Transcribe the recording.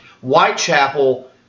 Whitechapel